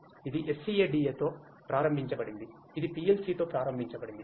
ఇది SCADA తో ప్రారంభించబడింది ఇది PLC తో ప్రారంభించబడింది